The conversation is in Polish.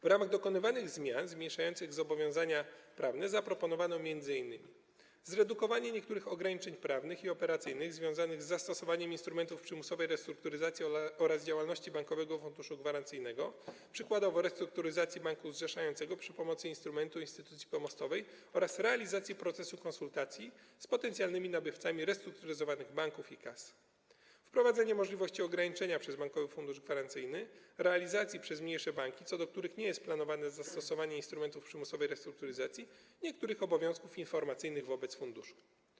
W ramach dokonywanych zmian zmniejszających zobowiązania prawne zaproponowano m.in.: zredukowanie niektórych ograniczeń prawnych i operacyjnych związanych z zastosowaniem instrumentów przymusowej restrukturyzacji oraz działalności Bankowego Funduszu Gwarancyjnego, przykładowo: w zakresie restrukturyzacji banku zrzeszającego za pomocą instrumentu instytucji pomostowej oraz realizacji procesu konsultacji z potencjalnymi nabywcami restrukturyzowanych banków i kas; wprowadzenie możliwości ograniczenia przez Bankowy Fundusz Gwarancyjny realizacji przez mniejsze banki, co do których nie jest planowane zastosowanie instrumentów przymusowej restrukturyzacji, niektórych obowiązków informacyjnych wobec funduszu.